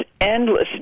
endless